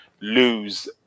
lose